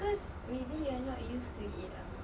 cause maybe you're not used to it ah